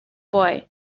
boy